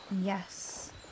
Yes